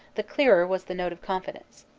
the clearer was the note of confidence.